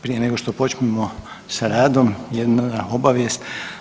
Prije nego što počnemo sa radom, jedna obavijest.